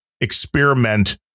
experiment